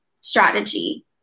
strategy